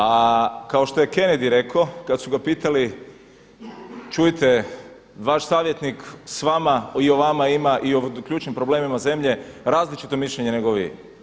A kao što je Kennedy rekao kad su ga pitali čuje vaš savjetnik s vama i o vama ima i o ključnim problemima zemlje različito mišljenje nego vi.